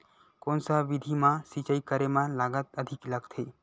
कोन सा विधि म सिंचाई करे म लागत अधिक लगथे?